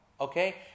Okay